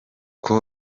com